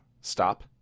Stop